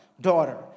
daughter